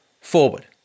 forward